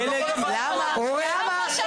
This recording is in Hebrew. למה, למה?